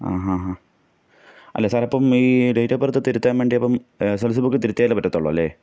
ആ ആ ആ അല്ല സാറെ അപ്പം ഈ ഡേയ്റ്റ് ഓഫ് ബർത്ത് തിരുത്താൻ വേണ്ടി അപ്പം S S L C book തിരുത്തിയാലെ പറ്റത്തുള്ളു അല്ലെ